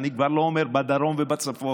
אני כבר לא אומר בדרום או בצפון.